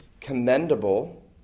commendable